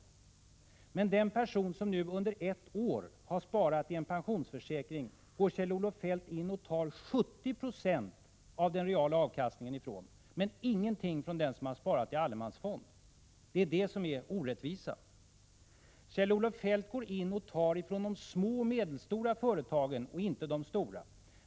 Men från den person som nu under ett år har sparat i en pensionsförsäkring går Kjell-Olof Feldt in och tar 70 96 av den reala avkastningen men ingenting från den som har sparat i allemansfond. Detta är orättvist. Kjell-Olof Feldt tar från de små och medelstora företagen men inte från de stora.